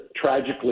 tragically